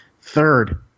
Third